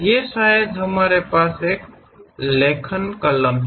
ये शायद हमारे पास एक लेखन कलम है